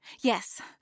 Yes